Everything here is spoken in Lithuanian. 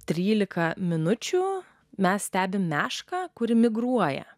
trylika minučių mes stebime mešką kuri migruoja